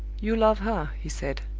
you love her, he said.